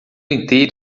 inteiro